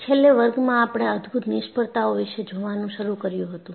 છેલ્લે વર્ગમાં આપણે અદ્ભુત નિષ્ફળતાઓ વિશે જોવાનું શરૂ કર્યું હતું